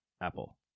Apple